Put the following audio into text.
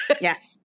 Yes